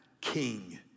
king